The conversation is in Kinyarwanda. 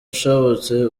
ushabutse